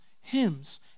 hymns